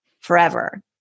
forever